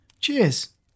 Cheers